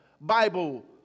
Bible